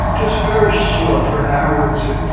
just very short, for an hour or two,